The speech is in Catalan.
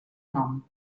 nom